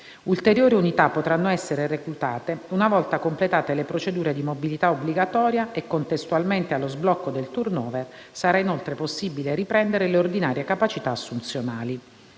Ulteriori unità potranno essere reclutate una volta completate le procedure di mobilità obbligatoria e, contestualmente allo sblocco del *turnover*, sarà inoltre possibile riprendere le ordinarie capacità assunzionali.